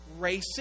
racist